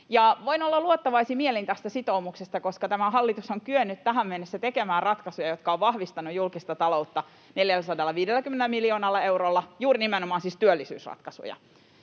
voin olla luottavaisin mielin tästä sitoumuksesta, koska tämä hallitus on kyennyt tähän mennessä tekemään ratkaisuja, jotka ovat vahvistaneet julkista ta-loutta 450 miljoonalla eurolla, siis nimenomaan työllisyysratkaisuja.